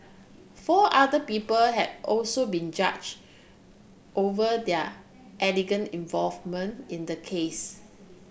four other people have also been charged over their involvement in the case